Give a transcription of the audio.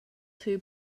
two